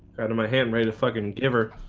out of my hand ready to fucking giver